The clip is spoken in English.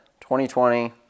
2020